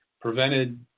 prevented